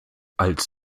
als